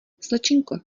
slečinko